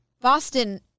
Boston